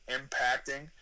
impacting